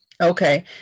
Okay